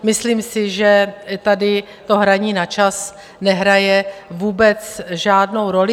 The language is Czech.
Myslím si, že tady to hraní na čas nehraje vůbec žádnou roli.